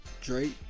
Drake